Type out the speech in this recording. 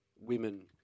women